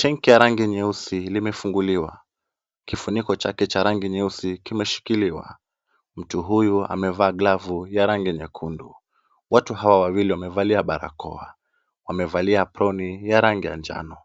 Tenki ya rangi nyeusi limefunguliwa, kifuniko chake cha rangi nyeusi kimeshikiliwa. Mtu huyu amevaa glavu ya rangi nyekundu, watu hawa wawili wamevalia barakoa. Wamevalia aproni ya rangi ya njano,